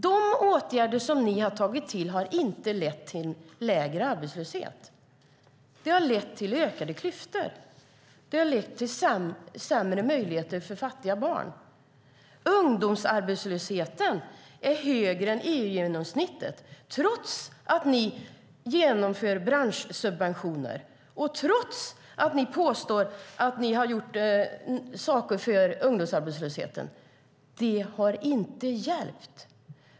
De åtgärder ni har tagit till har inte lett till lägre arbetslöshet, utan de har lett till ökade klyftor. De har lett till sämre möjligheter för fattiga barn. Ungdomsarbetslösheten är högre än EU-genomsnittet, trots att ni genomför branschsubventioner och trots att ni påstår att ni har gjort saker för ungdomsarbetslösheten. Det har inte hjälpt.